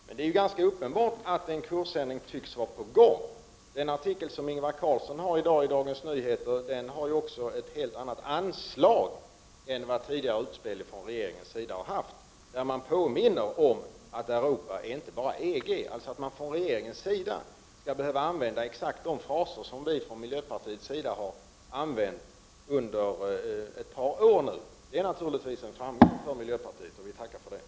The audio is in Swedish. Men det är ganska uppenbart att en kursändring nu är på gång. Den artikel som Ingvar Carlsson i dag har i Dagens Nyheter har också ett helt annat anslag än vad tidigare utspel från regeringens sida har haft. Ingvar Carlsson påminner nu om att Europa inte bara är EG, dvs. regeringen använder exakt de fraser som vi i miljöpartiet använt under ett par år. Det är naturligtvis en framgång för miljöpartiet, och det tackar vi för.